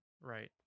right